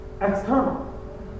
external